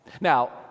Now